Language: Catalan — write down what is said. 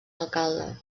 alcalde